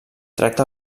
tracta